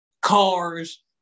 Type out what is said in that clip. cars